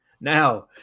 now